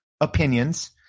opinions